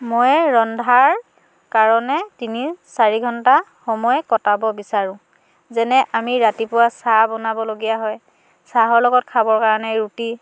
মই ৰন্ধাৰ কাৰণে তিনি চাৰি ঘণ্টা সময় কটাব বিচাৰোঁ যেনে আমি ৰাতিপুৱা চাহ বনাবলগীয়া হয় চাহৰ লগত খাবৰ কাৰণে ৰুটি